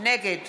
נגד